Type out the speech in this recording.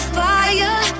fire